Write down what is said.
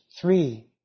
three